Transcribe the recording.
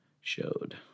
showed